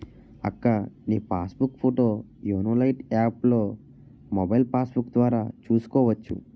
అక్కా నీ passbook పోతో యోనో లైట్ యాప్లో మొబైల్ పాస్బుక్కు ద్వారా చూసుకోవచ్చు